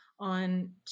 On